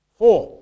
four